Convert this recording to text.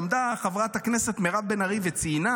עמדה חברת הכנסת מירב בן ארי וציינה